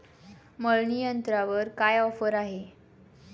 मळणी यंत्रावर काय ऑफर आहे?